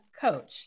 coach